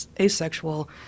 asexual